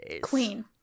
Queen